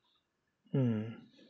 mm